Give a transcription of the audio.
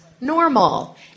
normal